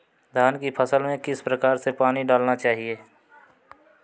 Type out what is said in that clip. धान की फसल में किस प्रकार से पानी डालना चाहिए?